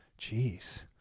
Jeez